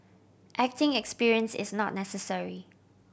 acting experience is not necessary